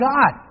God